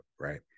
Right